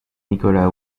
nikola